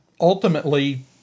ultimately